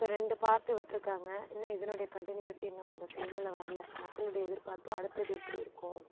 இப்போ ரெண்டு பார்ட்டு விட்டுருக்காங்க இன்னும் இதனுடைய கன்டின்யூட்டி இன்னும் இந்த ஃபிலிம் வரல மக்களுடைய எதிர்பார்ப்பு அடுத்தது எப்படி இருக்கும்